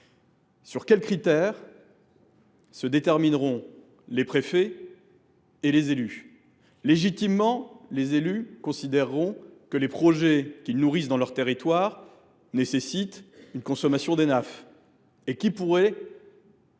Sur quels critères se détermineront les préfets et les élus ? Légitimement, ces derniers considéreront que les projets qu’ils nourrissent dans leur territoire nécessitent une consommation d’Enaf. Qui pourrait